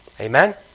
Amen